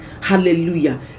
Hallelujah